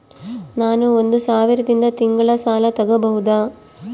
ನಾನು ಒಂದು ಸಾವಿರದಿಂದ ತಿಂಗಳ ಸಾಲ ತಗಬಹುದಾ?